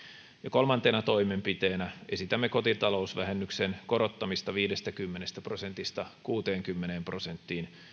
kolmantena toimenpiteenä esitämme kotitalousvähennyksen korottamista viidestäkymmenestä prosentista kuuteenkymmeneen prosenttiin